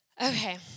Okay